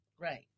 Right